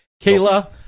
Kayla